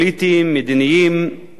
מדיניים,